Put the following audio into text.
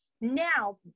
Now